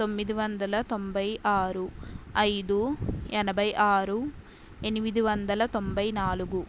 తొమ్మిదివందల తొంభైఆరు ఐదు ఎనభైఆరు ఎనిమిదివందల తొంభైనాలుగు